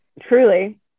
truly